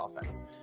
offense